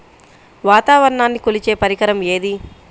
వాతావరణాన్ని కొలిచే పరికరం ఏది?